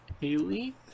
Haley